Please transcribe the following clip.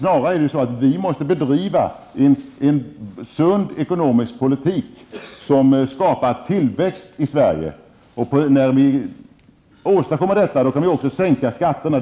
Vi måste snarare bedriva en sund ekonomisk politik som skapar tillväxt i Sverige. När vi har åstadkommit detta kan vi också sänka skatterna.